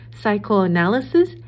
psychoanalysis